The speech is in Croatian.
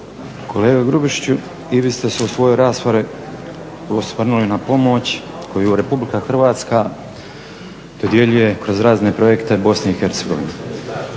Kolega Grubišiću i vi ste se u svojoj raspravi osvrnuli na pomoć koju RH dodjeljuje kroz razne projekte BiH.